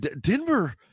Denver